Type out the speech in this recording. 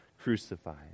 crucified